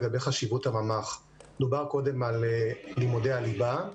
לגבי חשיבות הממ"ח דובר קודם כול על לימודי הליבה,